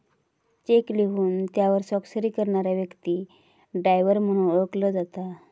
check लिहून त्यावर स्वाक्षरी करणारा व्यक्ती ड्रॉवर म्हणून ओळखलो जाता